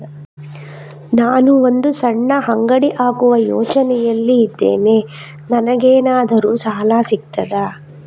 ನಾನು ಒಂದು ಸಣ್ಣ ಅಂಗಡಿ ಹಾಕುವ ಯೋಚನೆಯಲ್ಲಿ ಇದ್ದೇನೆ, ನನಗೇನಾದರೂ ಸಾಲ ಸಿಗ್ತದಾ?